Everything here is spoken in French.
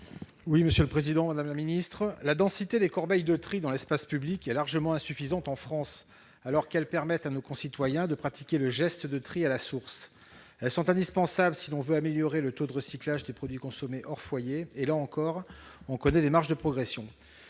La densité des corbeilles de tri dans l'espace public est largement insuffisante en France, alors qu'elles permettent à nos concitoyens de pratiquer le geste de tri à la source. Elles sont indispensables si l'on veut améliorer le taux de recyclage des produits consommés hors foyer. Et, là encore, on connaît des marges de progression.